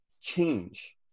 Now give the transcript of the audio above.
change